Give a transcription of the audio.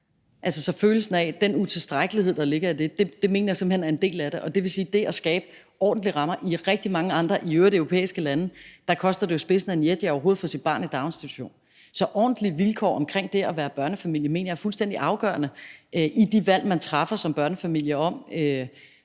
følelsen af den utilstrækkelighed, der ligger i det, mener jeg simpelt hen er en del af det. I rigtig mange europæiske lande koster det jo i øvrigt spidsen af en jetjager overhovedet at få sit barn i daginstitution. Så ordentlige vilkår omkring det at være børnefamilie mener jeg er fuldstændig afgørende i de valg, man som børnefamilie